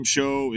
Show